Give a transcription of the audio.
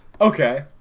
okay